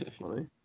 funny